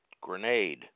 grenade